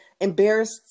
embarrassed